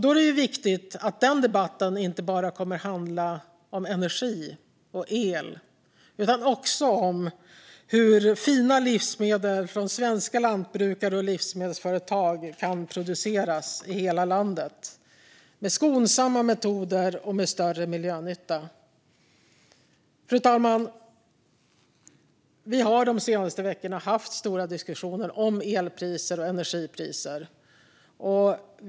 Då är det viktigt att den debatten inte bara kommer att handla om energi och el utan också om hur fina livsmedel från svenska lantbrukare och livsmedelsföretag kan produceras i hela landet med skonsamma metoder och med större miljönytta. Fru talman! Vi har de senaste veckorna haft stora diskussioner om el och energipriser.